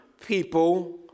people